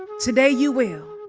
today you will.